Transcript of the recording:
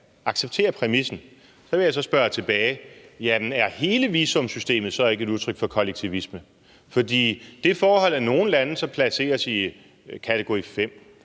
acceptere præmissen, vil jeg spørge tilbage: Jamen er hele visumsystemet så ikke et udtryk for kollektivisme? For det forhold, at nogle lande så placeres i kategori 5,